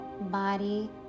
body